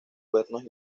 cuernos